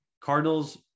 Cardinals